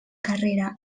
carrera